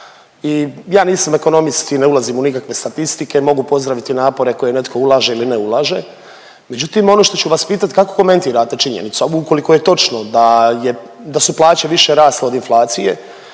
Ja nisam ekonomist i ne ulazim u nikakve statistike, mogu pozdraviti napore koje netko ulaže ili ne ulaže. Međutim, ono što ću vas pitati kako komentirate činjenicu, a ukoliko je točno da su plaće više rasle od inflacije